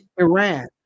Iran